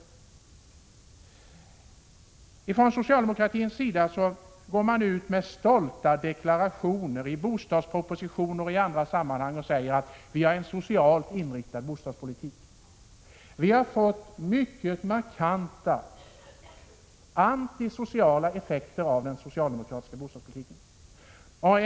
Från socialdemokratins sida går man ut med stolta deklarationer, i bostadspropositioner och i andra sammanhang, och säger att vi har en socialt inriktad bostadspolitik. Vi har fått mycket markanta antisociala effekter av den socialdemokratiska bostadspolitiken.